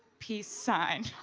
peace sign.